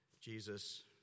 Jesus